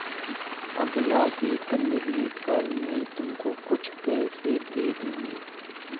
अगला वेतन मिलने पर मैं तुमको कुछ पैसे दे दूँगी